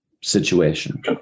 situation